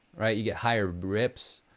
right? you get higher drips.